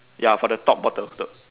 ya for the top bottle the